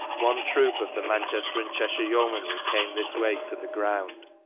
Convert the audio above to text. one troop of the man chester and cheshire yeomanry came this way to the ground.